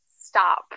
stop